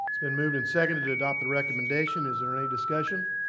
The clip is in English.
been moved and seconded to adopt the recommendation. is there any discussion?